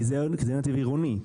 כי זה בנתיב עירוני.